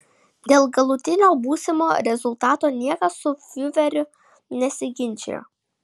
dėl galutinio būsimo rezultato niekas su fiureriu nesiginčijo